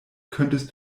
könntest